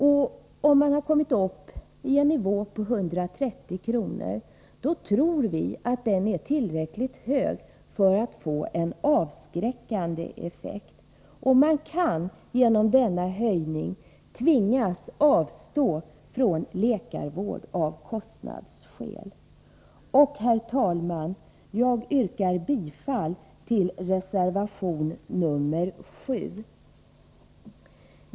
När kostnadsnivån kommit upp till 130 kr., tror vi att den är tillräckligt hög för att få en avskräckande effekt. Sjuka människor kan av kostnadsskäl tvingas avstå från läkarvård. Herr talman! Jag yrkar bifall till reservation 7.